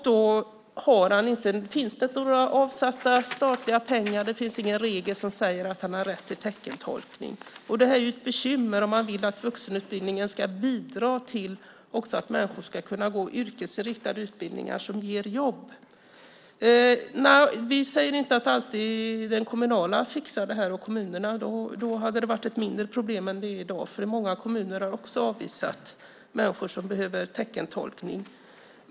Det finns inga avsatta statliga pengar och inga regler som säger att han har rätt till teckentolkning. Det är ett bekymmer om man vill att vuxenutbildningen ska bidra till att människor också ska kunna gå yrkesinriktade utbildningar som ger jobb. Vi säger inte att kommunerna och den kommunala utbildningen alltid fixar detta. Då hade det varit ett mindre problem än vad det är i dag. Många kommuner har också avvisat människor som behöver teckentolkning.